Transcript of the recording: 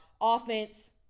Offense